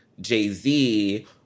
Jay-Z